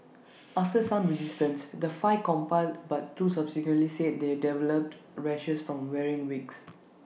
after some resistance the five complied but two subsequently said they developed rashes from wearing wigs